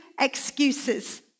excuses